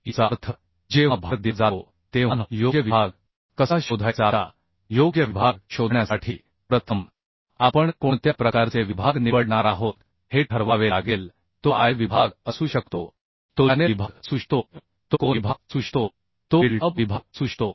याचा अर्थ जेव्हा भार दिला जातो तेव्हा योग्य विभाग कसा शोधायचा आता योग्य विभाग शोधण्यासाठी प्रथम आपण कोणत्या प्रकारचे विभाग निवडणार आहोत हे ठरवावे लागेल तो I विभाग असू शकतो तो च्यानेल विभाग असू शकतो तो कोन विभाग असू शकतो तो बिल्ट अप विभाग असू शकतो